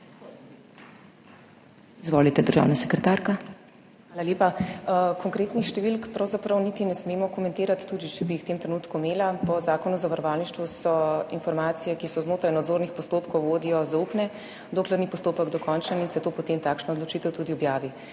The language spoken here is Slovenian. PRAH (državna sekretarka MF):** Hvala lepa. Konkretnih številk pravzaprav niti ne smemo komentirati, tudi če bi jih v tem trenutku imela. Po Zakonu o zavarovalništvu so informacije, ki so znotraj nadzornih postopkov vodijo zaupne, dokler ni postopek dokončen in se to potem takšna odločitev tudi objavi,